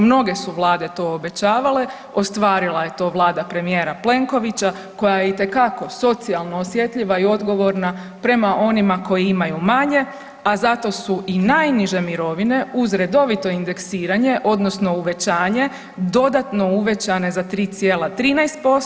Mnoge su vlade to obećavale, ostvarila je to Vlada premijera Plenkovića koja je itekako socijalno osjetljiva i odgovorna prema onima koji imaju manje, a zato su i najniže mirovine uz redovito indeksiranje odnosno uvećanje dodatno uvećane za 3,13%